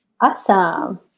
awesome